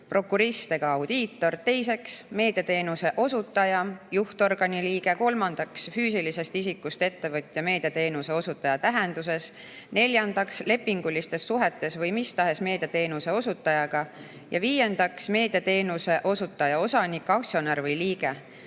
prokurist ega audiitor; teiseks, meediateenuse osutaja, juhtorgani liige; kolmandaks, füüsilisest isikust ettevõtja meediateenuse osutaja tähenduses; neljandaks, lepingulistes suhetes mis tahes meediateenuse osutajaga, ja viiendaks, meediateenuse osutaja osanik, aktsionär või liige.